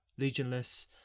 Legionless